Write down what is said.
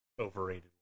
overrated